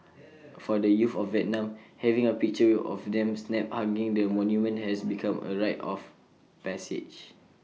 for the youth of Vietnam having A picture of them snapped hugging the monument has become A rite of passage